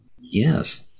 Yes